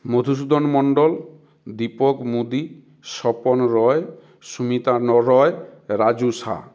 Madhusudan Mondal Dipak Modi Swapan Roy Sumita Roy Raju Shah